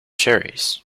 cherries